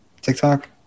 TikTok